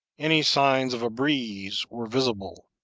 any signs of a breeze were visible.